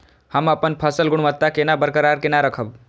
हम अपन फसल गुणवत्ता केना बरकरार केना राखब?